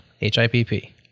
H-I-P-P